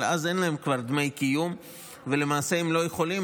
אבל אז אין להם כלל דמי קיום ולמעשה הם לא יכולים